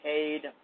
Paid